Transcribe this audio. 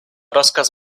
rozkaz